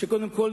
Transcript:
שקודם כול